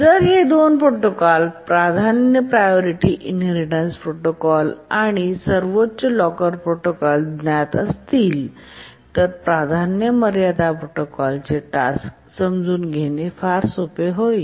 जर हे दोन प्रोटोकॉल प्राधान्यप्रायोरिटी इनहेरिटेन्स प्रोटोकॉल आणि सर्वोच्च लॉकर प्रोटोकॉल ज्ञात असतील तर प्राधान्य मर्यादा प्रोटोकॉलचे टास्क समजून घेणे फार सोपे होईल